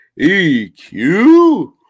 EQ